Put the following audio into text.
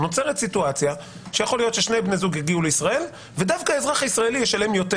נוצר מצב ששני בני זוג יגיעו לישראל ודווקא האזרח הישראלי ישלם יותר